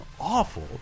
awful